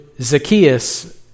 Zacchaeus